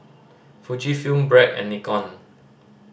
Fujifilm Bragg and Nikon